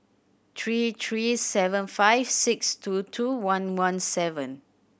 three three seven five six two two one one seven